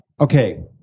Okay